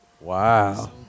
Wow